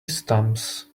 stumps